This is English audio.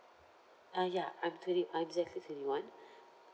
ah ya I'm twenty I'm exactly twenty one